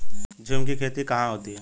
झूम की खेती कहाँ होती है?